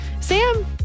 Sam